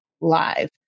live